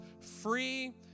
free